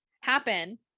happen